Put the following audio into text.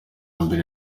mbere